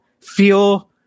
feel